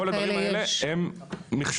כל הדברים האלה הם מכשולים.